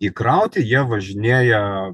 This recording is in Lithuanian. įkrauti jie važinėja